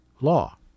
law